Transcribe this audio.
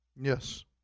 Yes